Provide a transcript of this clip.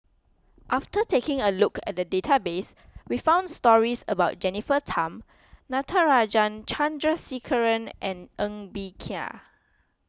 after taking a look at the database we found stories about Jennifer Tham Natarajan Chandrasekaran and Ng Bee Kia